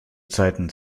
zeiten